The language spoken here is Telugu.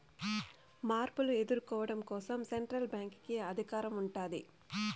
మార్పులు ఎదుర్కోవడం కోసం సెంట్రల్ బ్యాంక్ కి అధికారం ఉంటాది